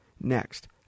Next